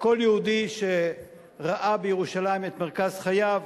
וכל יהודי שראה בירושלים את מרכז חייו,